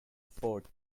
afford